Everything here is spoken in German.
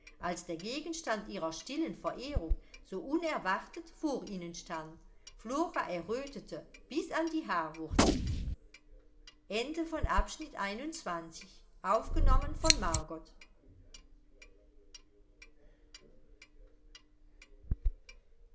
als der gegenstand ihrer stillen verehrung so unerwartet vor ihnen stand flora errötete bis an die haarwurzeln